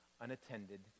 unattended